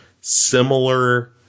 similar